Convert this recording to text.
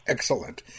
Excellent